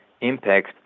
impact